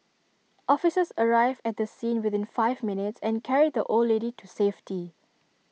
officers arrived at the scene within five minutes and carried the old lady to safety